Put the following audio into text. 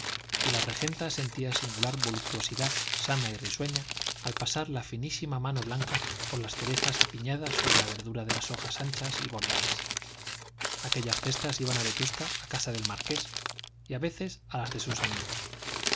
y la regenta sentía singular voluptuosidad sana y risueña al pasar la finísima mano blanca por las cerezas apiñadas sobre la verdura de las hojas anchas y bordadas aquellas cestas iban a vetusta a casa del marqués y a veces a las de sus amigos